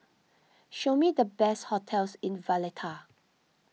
show me the best hotels in Valletta